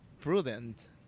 prudent